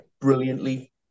brilliantly